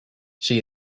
she